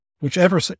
whichever